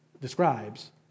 describes